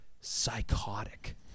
psychotic